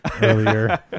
earlier